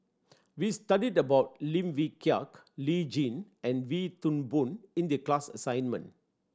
we studied about Lim Wee Kiak Lee Tjin and Wee Toon Boon in the class assignment